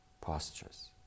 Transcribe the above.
postures